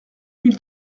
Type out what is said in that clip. mille